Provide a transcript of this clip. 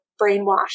Brainwashed